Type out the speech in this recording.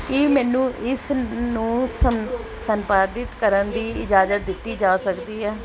ਕੀ ਮੈਨੂੰ ਇਸ ਨੂੰ ਸੰ ਸੰਪਾਦਿਤ ਕਰਨ ਦੀ ਇਜਾਜ਼ਤ ਦਿੱਤੀ ਜਾ ਸਕਦੀ ਹੈ